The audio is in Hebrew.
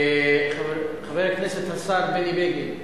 חבר הכנסת, השר בני בגין,